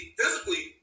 physically